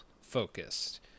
focused